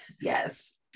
Yes